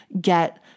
get